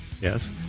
Yes